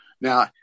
Now